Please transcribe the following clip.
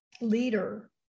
leader